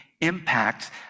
impact